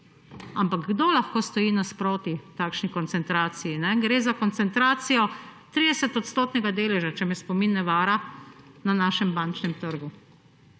Ampak kdo lahko stoji nasproti takšni koncentraciji? Gre za koncentracijo 30-odstotnega deleža, če me spomin ne vara, na našem bančnem trgu.